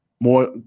more